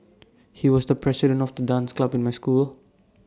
he was the president of the dance club in my school